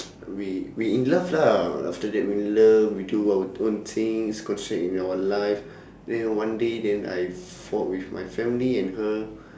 we we in love lah after that we in love we do our own things concentrate in your life then on one day then I fought with my family and her